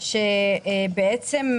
ג'ידא, בבקשה.